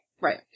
Right